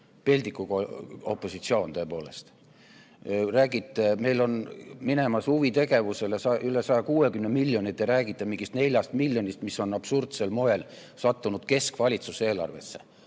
Peldikuopositsioon, tõepoolest. Meil on minemas huvitegevusele üle 160 miljoni ja te räägite mingist 4 miljonist, mis on absurdsel moel sattunud keskvalitsuse eelarvesse.